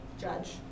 judge